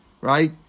right